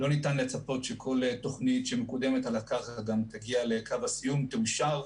לא ניתן לצפות שכל תוכנית שמקודמת על הקרקע גם תגיע לקו הסיום ותאושר.